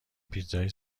پیتزای